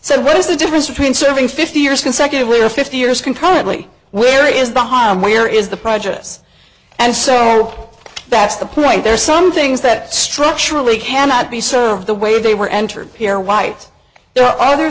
so what is the difference between serving fifty years consecutively or fifty years concurrently where is the harm where is the project us and so that's the point there are some things that structurally cannot be served the way they were entered here white ther